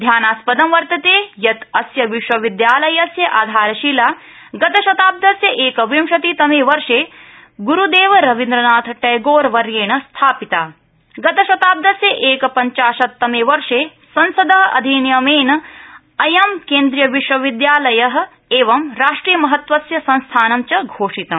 ध्यानास्पदं वर्तते यत् अस्य विश्वविद्यालस्य आधारशिला गतशताब्दस्य एकविंशति तमे वर्ष ग्रुदेव रविन्द्रनाथटैगोर वर्येण स्थापिता गतशताब्दस्य एकपञ्चाशत्तमे वर्ष संसद अधिनियमेन अयं केन्द्रियविश्वविद्यालय एवं राष्ट्रियमहत्वस्य संस्थानं च घोषितम्